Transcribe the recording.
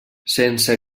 sense